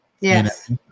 yes